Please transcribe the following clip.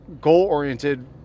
goal-oriented